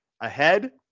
ahead